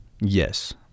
Yes